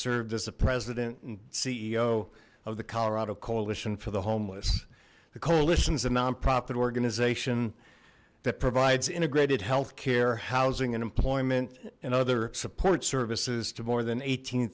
served as a president and ceo of the colorado coalition for the homeless the coalition is a nonprofit organization that provides integrated healthcare housing and employment and other support services to more than eighteen